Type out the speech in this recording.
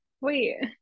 wait